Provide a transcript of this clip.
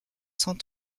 cent